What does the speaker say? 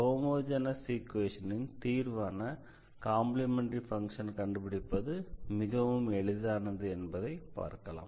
homogeneous ஈக்வேஷனின் தீர்வான complementary ஃபங்ஷனை கண்டுபிடிப்பது மிகவும் எளிதானது என்பதை பார்க்கலாம்